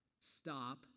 stop